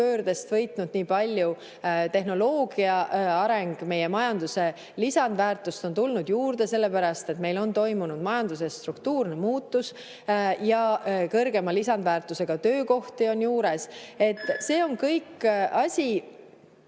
digipöördest võitnud nii palju. Tehnoloogia areng, meie majandusse on tulnud lisandväärtust juurde, sellepärast et meil on toimunud majanduse struktuurne muutus ja kõrgema lisandväärtusega töökohti on juures. See on kõik asi,